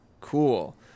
Cool